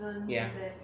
ya